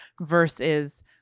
versus